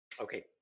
Okay